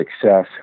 success